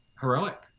heroic